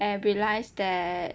and realised that